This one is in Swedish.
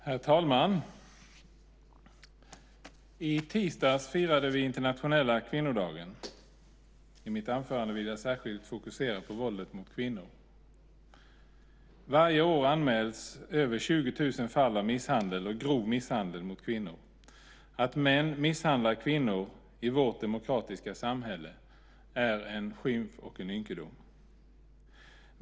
Herr talman! I tisdags firade vi den internationella kvinnodagen. I mitt anförande vill jag särskilt fokusera på våldet mot kvinnor. Varje år anmäls över 20 000 fall av misshandel och grov misshandel mot kvinnor. Att män misshandlar kvinnor i vårt demokratiska samhälle är en skymf och en ynkedom.